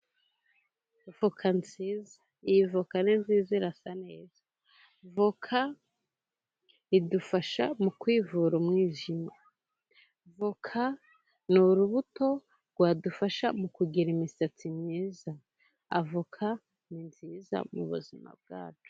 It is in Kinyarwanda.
Avoka nziza . Iyi avoka nj nziza, irasa neza. Avoka idufasha mu kwivura umwijima, avoka ni urubuto rwadufasha mu kugira imisatsi myiza, avoka ni nziza mu buzima bwacu.